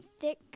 thick